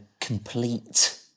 complete